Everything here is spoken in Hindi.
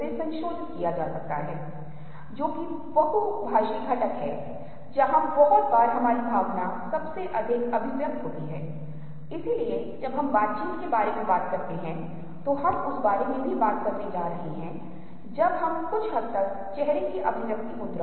आज संज्ञानात्मक विज्ञान के क्षेत्र में बहुत सारे शोधों ने इन मुद्दों का पता लगाया और यदि आप रुचि रखते हैं तो आप Google से कुछ देख सकते हैं और इसके लिए प्रासंगिक कुछ चीजों का पता लगा सकते हैं